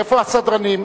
איפה הסדרנים?